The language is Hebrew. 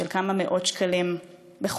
של כמה מאות שקלים בחודש,